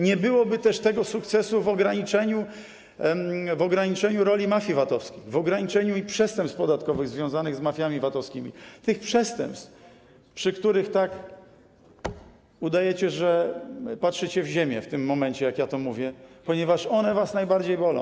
Nie byłoby też tego sukcesu w ograniczeniu roli mafii VAT-owskiej, w ograniczeniu przestępstw podatkowych związanych z mafiami VAT-owskimi, tych przestępstw, w przypadku których tak udajecie, że patrzycie w ziemię w tym momencie, jak to mówię, ponieważ one was najbardziej bolą.